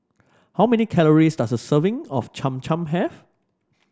how many calories does a serving of Cham Cham have